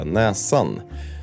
näsan-